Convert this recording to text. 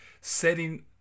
setting